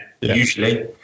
usually